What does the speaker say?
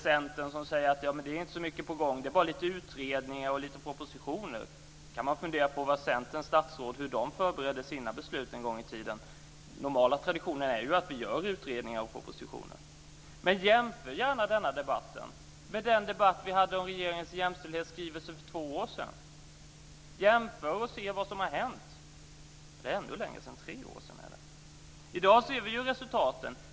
Centern säger: Det är ju inte så mycket på gång - bara lite utredningar och propositioner. Då kan man fundera på hur Centerns statsråd förberedde sina beslut en gång i tiden. Normala traditioner innebär ju att man tillsätter utredningar och skriver propositioner. Jämför gärna denna debatt med den debatt vi förde om regeringens jämställdhetsskrivelse för tre år sedan! Jämför, och se vad som har hänt! I dag ser vi resultaten.